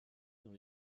dans